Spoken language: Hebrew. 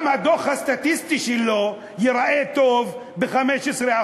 גם הדוח הסטטיסטי שלו ייראה טוב ב-15%.